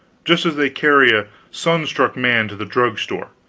just as they carry a sun-struck man to the drug store,